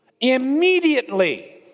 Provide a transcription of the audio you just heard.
Immediately